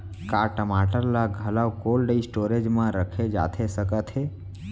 का टमाटर ला घलव कोल्ड स्टोरेज मा रखे जाथे सकत हे?